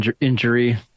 injury